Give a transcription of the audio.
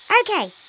Okay